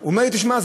הוא אומר: תשמע,